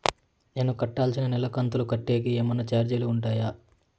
నేను కట్టాల్సిన నెల కంతులు కట్టేకి ఏమన్నా చార్జీలు ఉంటాయా?